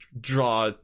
draw